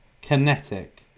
Kinetic